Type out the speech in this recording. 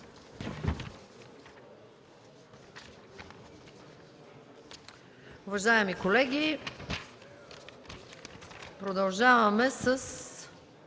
Уважаеми колеги, продължаваме със